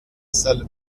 salle